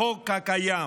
בחוק הקיים